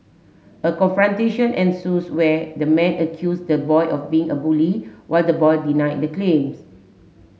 a confrontation ensues where the man accused the boy of being a bully while the boy denied the claims